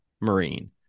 Marine